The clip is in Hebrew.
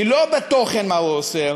היא לא בתוכן, מה הוא אוסר,